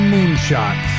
Moonshot